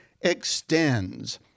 extends